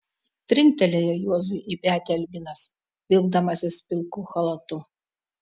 trinktelėjo juozui į petį albinas vilkdamasis pilku chalatu